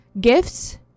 gifts